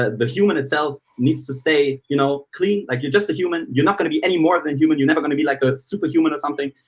the human itself needs to stay you know clean, like you're just a human, you're not gonna be any more than human, you're never gonna be like a superhuman or something,